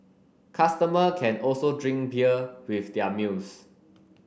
customer can also drink beer with their meals